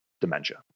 dementia